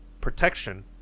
protection